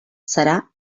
serà